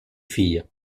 fille